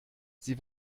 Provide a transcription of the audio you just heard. sie